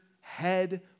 head